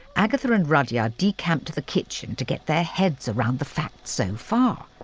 agatha and rudyard decamped to the kitchen to get their heads around the facts so far.